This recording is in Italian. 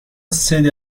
sede